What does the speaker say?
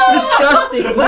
Disgusting